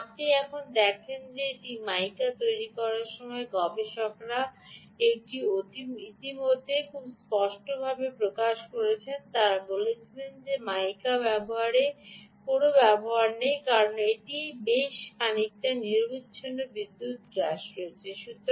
সুতরাং আপনি এখন দেখেন যে এটি মাইকা তৈরি করার সময় গবেষকরা এটি ইতিমধ্যে খুব স্পষ্টভাবে প্রকাশ করেছেন তারা বলেছিল যে মিকা ব্যবহারে কোনও ব্যবহার নেই কারণ এটি বেশ খানিকটা নিরবচ্ছিন্ন বিদ্যুৎ গ্রাস করছে